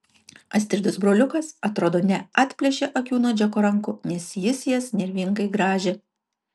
astridos broliukas atrodo neatplėšė akių nuo džeko rankų nes jis jas nervingai grąžė